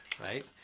right